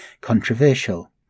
controversial